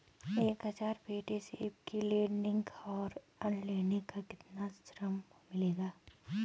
एक हज़ार पेटी सेब की लोडिंग और अनलोडिंग का कितना श्रम मिलेगा?